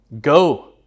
Go